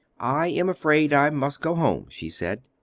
i am afraid i must go home, she said.